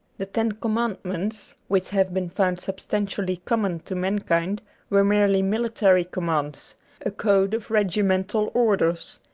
the ten commandments which have been found substantially common to mankind were merely military commands a code of regimental orders,